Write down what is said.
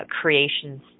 creations